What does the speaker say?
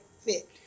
fit